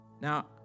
Now